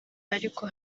ariko